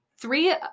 three